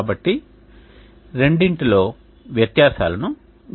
కాబట్టి రెండింటిలో వ్యత్యాసాలను గమనిద్దాం